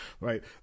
Right